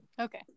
okay